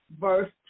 verse